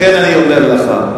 לכן אני אומר לך,